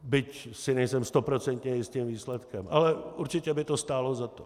Byť si nejsem stoprocentně jist tím výsledkem, ale určitě by to stálo za to.